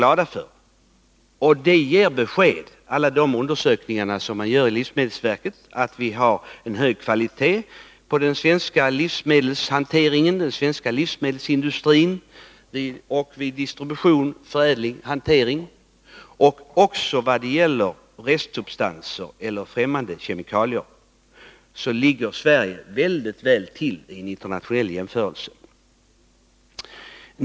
Alla de undersökningar som görs av livsmedelsverket ger besked om att vi har hög kvalitet inom den svenska livsmedelsindustrin, vid Nr 107 distribution, förädling och hantering. Även vad gäller förekomst av Torsdagen den restsubstanser eller främmande kemikalier ligger Sverige mycket väl till vid 25 mars 1982 internationella jämförelser.